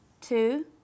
two